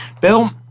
Bill